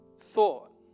thought